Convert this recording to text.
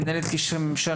מנהלת קשרי ממשל,